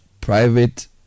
private